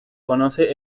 conoce